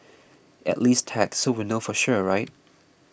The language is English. at least tag so we'll know for sure right